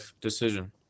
decision